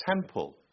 temple